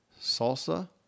salsa